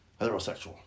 heterosexual